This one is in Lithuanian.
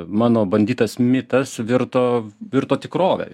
mano bandytas mitas virto virto tikrove